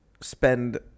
spend